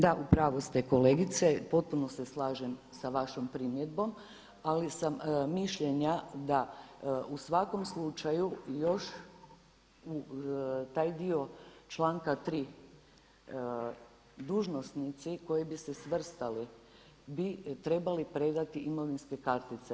Da, u pravu ste kolegice, potpuno se slažem s vašom primjedbom, ali sam mišljenja da u svakom slučaju još taj dio članka 3. dužnosnici koji bi se svrstali bi trebali predati imovinske kartice.